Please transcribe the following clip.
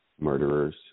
murderers